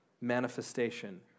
manifestation